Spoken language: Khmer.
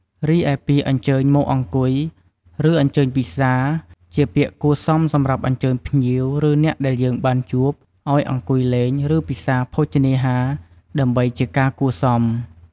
រីឯពាក្យ អញ្ជើញមកអង្គុយ ឬអញ្ជើញពិសា ជាពាក្យគួរសមសម្រាប់អញ្ជើញភ្ញៀវ ឬអ្នកដែលយើងបានជួបឱ្យអង្គុយលេង ឬពិសាភោជនីអហាររដើម្បីជាការគួរសម។